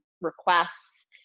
requests